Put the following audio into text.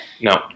No